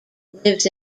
lives